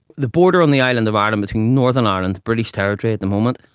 the border on the island of ireland between northern ireland, the british territory at the moment,